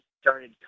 started